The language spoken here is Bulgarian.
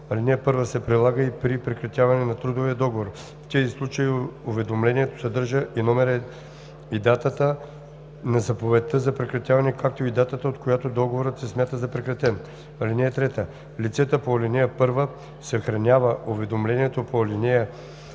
Алинея 1 се прилага и при прекратяване на трудовия договор. В тези случаи уведомлението съдържа и номера и датата на заповедта за прекратяване, както и датата, от която договорът се смята за прекратен. (3) Лицето по ал. 1 съхранява уведомленията по ал.